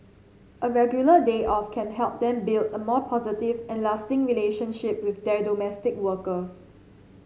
a regular day off can help them build a more positive and lasting relationship with their domestic workers